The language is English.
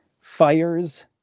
Fires